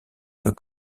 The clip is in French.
que